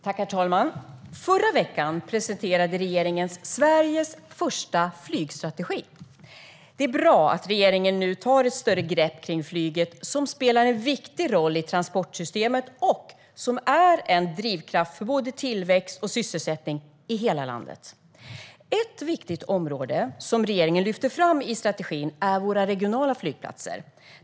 Herr talman! I förra veckan presenterade regeringen Sveriges första flygstrategi. Det är bra att regeringen nu tar ett större grepp kring flyget, som spelar en viktig roll i transportsystemet och är en drivkraft för både tillväxt och sysselsättning i hela landet. Ett viktigt område som regeringen lyfte fram i strategin är våra regionala flygplatser.